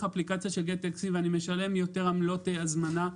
אפליקציה של גט-טקסי ואני משלם יותר עמלות הזמנה.